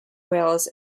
wales